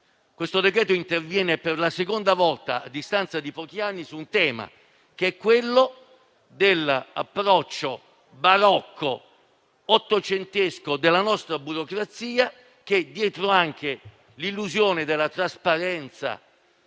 il provvedimento interviene per la seconda volta, a distanza di pochi anni, su un tema, che è quello dell'approccio barocco, ottocentesco, della nostra burocrazia che agisce anche dietro l'illusione della trasparenza,